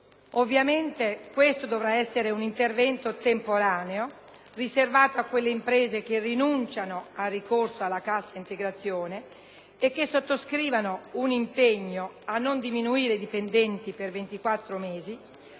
Ovviamente questo dovrà essere un intervento temporaneo, riservato a quelle imprese che rinunciano al ricorso alla cassa integrazione e che sottoscrivano un impegno a non diminuire i dipendenti per 24 mesi,